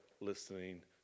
listening